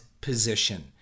position